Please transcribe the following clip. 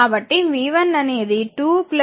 కాబట్టి v1 అనేది 2 2